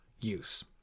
use